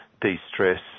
de-stress